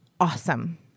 awesome